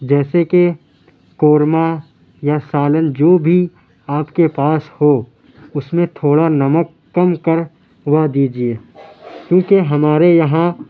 جیسے کہ قورمہ یا سالن جو بھی آپ کے پاس ہو اس میں تھوڑا نمک کم کروا دیجیے کیوں کہ ہمارے یہاں